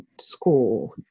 school